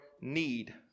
need